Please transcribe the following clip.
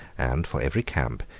and for every camp,